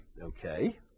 Okay